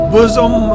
Bosom